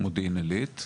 במודיעין עילית?